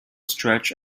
stretch